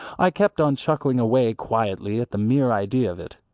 i kept on chuckling away quietly at the mere idea of it.